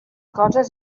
coses